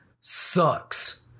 sucks